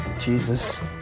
Jesus